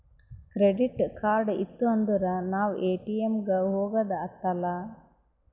credit card ಇತ್ತು ಅಂದುರ್ ನಾವ್ ಎ.ಟಿ.ಎಮ್ ಗ ಹೋಗದ ಹತ್ತಲಾ